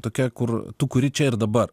tokia kur tu kuri čia ir dabar